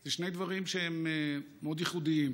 אלו שני דברים שהם מאוד ייחודיים.